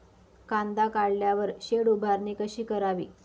कांदा काढल्यावर शेड उभारणी कशी करावी?